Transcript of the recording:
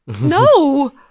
No